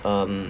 um